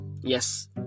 Yes